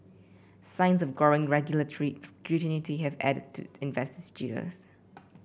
signs of growing regulatory scrutiny have added to investor jitters